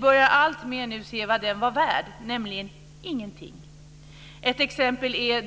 Vi börjar nu alltmer se vad den var värd, nämligen ingenting. Ett exempel är